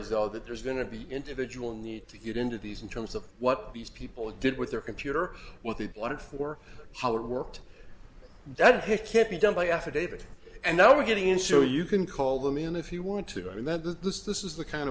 is all that there's going to be individual need to get into these in terms of what these people did with their computer what they wanted for how it worked that he can't be done by affidavit and now we're getting in show you can call them in if you want to i mean that is this this is the kind